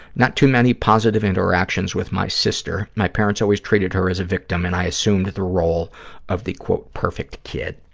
not too many positive interactions with my sister. my parents always treated her as a victim and i assumed the role of the, quote, perfect kid.